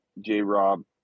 J-Rob